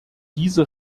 diese